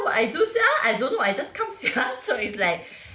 what I do sia I don't know I just come sia so it's like